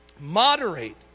moderate